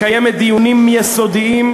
מקיימת דיונים יסודיים,